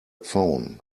phone